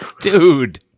Dude